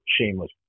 shameless